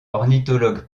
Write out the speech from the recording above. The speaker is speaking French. ornithologue